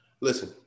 Listen